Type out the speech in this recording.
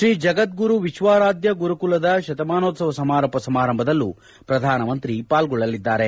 three Jagadguru Vishwaradhya ಗುರುಕುಲದ ಶತಮಾನೋತ್ಲವದ ಸಮಾರೋಪ ಸಮಾರಂಭದಲ್ಲೂ ಪ್ರಧಾನಮಂತ್ರಿ ಪಾಲ್ಗೊಳ್ಳಲಿದ್ದಾರೆ